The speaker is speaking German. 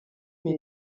mir